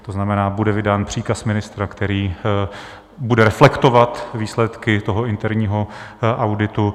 To znamená, bude vydán příkaz ministra, který bude reflektovat výsledky interního auditu.